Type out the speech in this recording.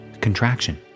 contraction